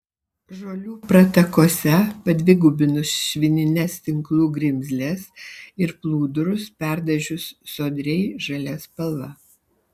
žolių pratakose padvigubinus švinines tinklų grimzles ir plūdurus perdažius sodriai žalia spalva